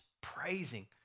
praising